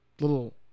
little